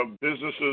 Businesses